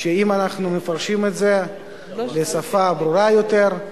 אם אנחנו מפרשים את זה בשפה ברורה יותר,